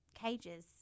cages